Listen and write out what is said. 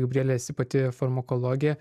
gabriele esi pati farmakologė